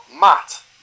Matt